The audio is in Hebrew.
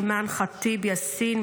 אימאן ח'טיב יאסין,